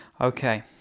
Okay